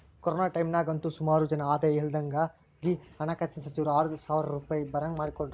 corona ಟೈಮ್ನಾಗಂತೂ ಸುಮಾರು ಜನ ಆದಾಯ ಇಲ್ದಂಗಾದಾಗ ಹಣಕಾಸಿನ ಸಚಿವರು ಆರು ಸಾವ್ರ ರೂಪಾಯ್ ಬರಂಗ್ ನೋಡಿಕೆಂಡ್ರು